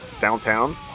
Downtown